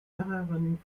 mehreren